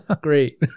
Great